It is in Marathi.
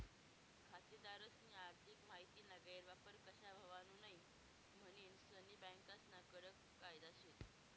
खातेदारस्नी आर्थिक माहितीना गैरवापर कशा व्हवावू नै म्हनीन सनी बँकास्ना कडक कायदा शेत